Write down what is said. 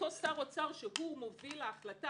אותו שר אוצר שהוא מוביל ההחלטה,